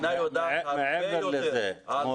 מעבר לזה,